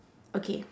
okay